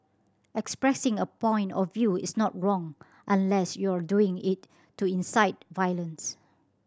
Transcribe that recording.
expressing a point of view is not wrong unless you're doing it to incite violence